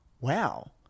wow